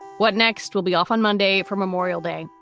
what next will be off on monday for memorial day.